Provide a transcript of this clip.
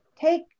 Take